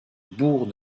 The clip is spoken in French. bourg